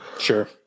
Sure